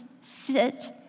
sit